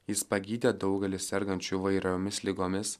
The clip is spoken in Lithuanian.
jis pagydė daugelį sergančių įvairiomis ligomis